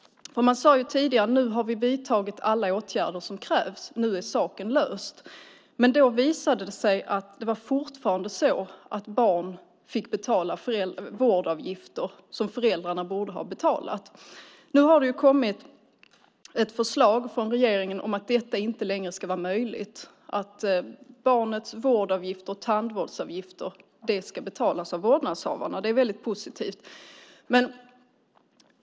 Man sade tidigare: Nu har vi vidtagit alla åtgärder som krävs, och nu är saken löst. Men då visade det sig att det fortfarande var så att barn fick betala vårdavgifter som föräldrarna borde ha betalat. Nu har det kommit ett förslag från regeringen om att detta inte längre ska vara möjligt, utan barnets vårdavgifter och tandvårdsavgifter ska betalas av vårdnadshavarna. Det är väldigt positivt.